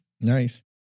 Nice